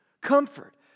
Comfort